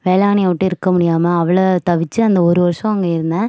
வேளாங்கண்ணியை விட்டு இருக்க முடியாமல் அவ்வளது தவிச்சி அந்த ஒரு வருஷம் அங்கே இருந்தேன்